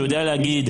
שיודע להגיד,